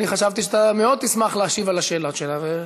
אני חשבתי שאתה מאוד תשמח להשיב על השאלות שלה.